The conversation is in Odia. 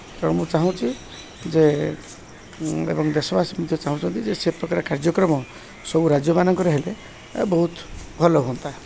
ତେଣୁ ମୁଁ ଚାହୁଁଛି ଯେ ଏବଂ ଦେଶବାସୀ ମଧ୍ୟ ଚାହୁଁଛନ୍ତି ଯେ ସେପ୍ରକାର କାର୍ଯ୍ୟକ୍ରମ ସବୁ ରାଜ୍ୟମାନଙ୍କରେ ହେଲେ ବହୁତ ଭଲ ହୁଅନ୍ତା